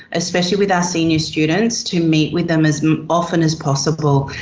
especially with our senior students, to meet with them as often as possible,